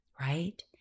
right